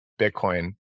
Bitcoin